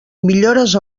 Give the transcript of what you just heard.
millores